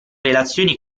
relazioni